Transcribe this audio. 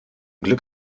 glück